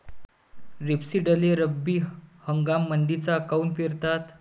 रेपसीडले रब्बी हंगामामंदीच काऊन पेरतात?